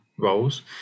roles